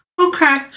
Okay